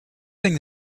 thing